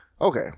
Okay